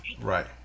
Right